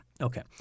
Okay